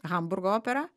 hamburgo operą